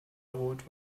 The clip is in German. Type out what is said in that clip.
rot